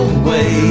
away